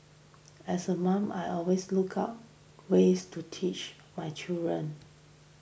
as a mom I always look out ways to teach my children